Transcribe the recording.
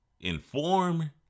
inform